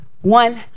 one